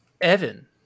Evan